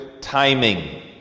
timing